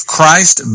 Christ